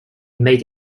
made